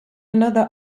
another